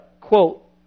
quote